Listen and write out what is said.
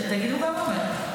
תגידו גם אמן,